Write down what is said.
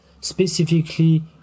Specifically